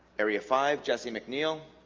area five jessi mcneil